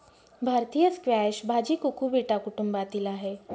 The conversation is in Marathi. भारतीय स्क्वॅश भाजी कुकुबिटा कुटुंबातील आहे